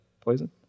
poison